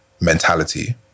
mentality